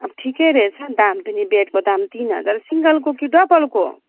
अब ठिकै रहेछ दाम पनि बेडको दाम तिन हजार सिङ्गलको कि डबलको